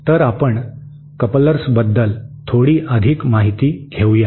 तर आपण कपलर्सबद्दल थोडी अधिक माहिती घेऊया